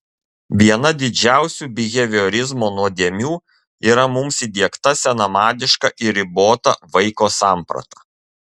viena didžiausių biheviorizmo nuodėmių yra mums įdiegta senamadiška ir ribota vaiko samprata